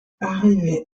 arrivée